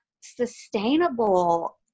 sustainable